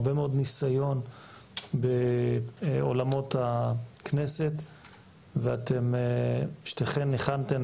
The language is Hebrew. הרבה מאוד ניסיון בעולמות הכנסת ואתן שתיכן ניחנתן